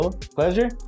Pleasure